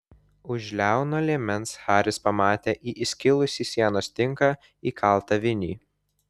už liauno liemens haris pamatė į įskilusį sienos tinką įkaltą vinį